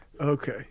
Okay